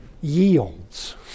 yields